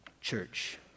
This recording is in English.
church